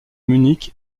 munich